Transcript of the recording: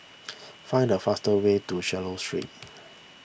find the fastest way to Swallow Street